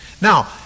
Now